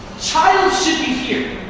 child should be here.